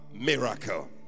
miracle